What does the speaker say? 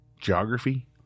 geography